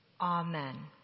amen